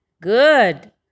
Good